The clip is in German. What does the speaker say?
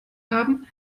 haben